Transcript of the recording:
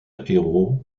héros